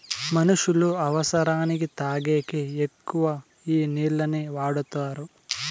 మనుష్యులు అవసరానికి తాగేకి ఎక్కువ ఈ నీళ్లనే వాడుతారు